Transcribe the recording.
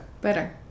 Better